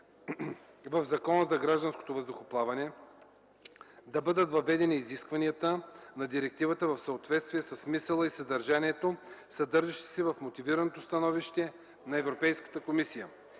в Закона за гражданското въздухоплаване да бъдат въведени изискванията на директивата в съответствие със смисъла и съдържанието, съдържащи се в мотивираното становище на Европейската комисия.